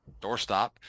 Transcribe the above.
doorstop